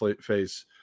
face